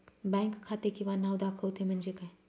Bank खाते किंवा नाव दाखवते म्हणजे काय?